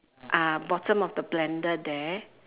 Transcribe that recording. uh bottom of the blender there